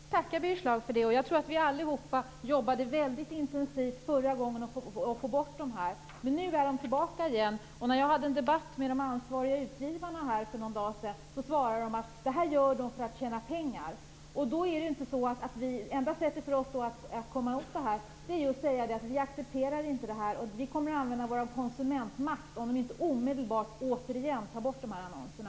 Fru talman! Jag vill tacka Birger Schlaug för det. Vi jobbade alla intensivt för att få bort dessa annonser förra gången, men nu är de tillbaka igen. När jag hade en debatt med de ansvariga utgivarna för någon dag sedan sade de att de gör det här för att tjäna pengar. Det enda sättet för oss att komma åt det här är då att säga att vi inte accepterar det och att vi kommer att använda vår konsumentmakt om de inte omedelbart återigen tar bort de här annonserna.